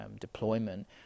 deployment